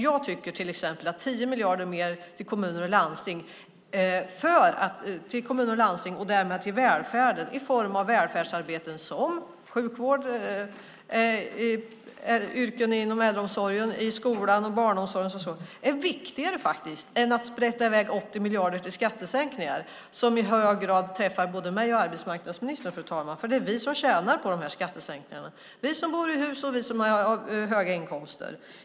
Jag tycker till exempel att 10 miljarder mer till kommuner och landsting och därmed till välfärden i form av välfärdsarbeten inom yrken inom sjukvård, äldreomsorg, skola och barnomsorg faktiskt är viktigare än att sprätta iväg 80 miljarder på skattesänkningar som i hög grad träffar både mig och arbetsmarknadsministern, fru talman. Det är vi som tjänar på de här skattesänkningarna, vi som bor i hus och vi som har höga inkomster.